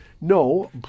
no